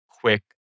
quick